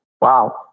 wow